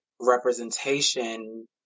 representation